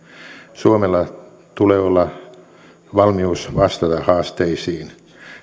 suomella tulee olla valmius vastata haasteisiin